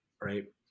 right